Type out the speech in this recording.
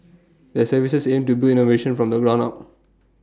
their services aim to build innovation from the ground up